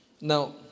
now